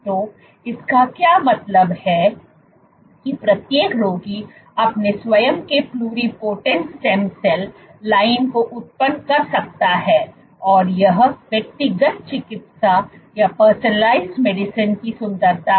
तो इसका क्या मतलब है कि प्रत्येक रोगी अपने स्वयं के प्लूरिपोटेंट स्टेम सेल लाइन को उत्पन्न कर सकता है और यह व्यक्तिगत चिकित्सा की सुंदरता है